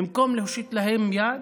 במקום להושיט להם יד,